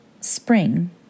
spring